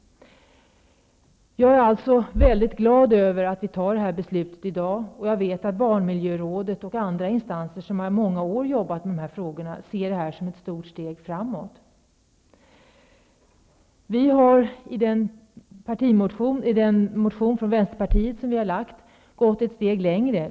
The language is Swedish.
Jag är alltså väldigt glad över att vi tar det här beslutet nu, och jag vet att barnmiljörådet och andra instanser som i många år arbetat med dessa frågor ser detta beslut som ett stort steg framåt. I Vänsterpartiets framlagda partimotion går vi ett steg längre.